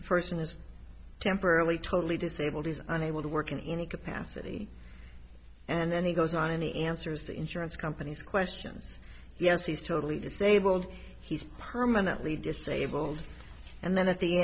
the person is temporarily totally disabled is unable to work in any capacity and then he goes on and he answers the insurance companies questions yes he's totally disabled he's permanently disabled and then at the